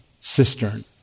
cistern